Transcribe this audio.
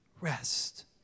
rest